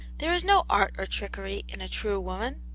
there is no art or trickery in a true woman.